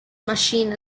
machine